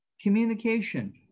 Communication